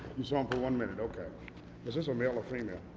you saw him for one minute, okay. is this a male or female?